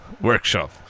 workshop